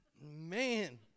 Man